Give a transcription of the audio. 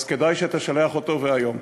אז כדאי שתשלח אותו והיום.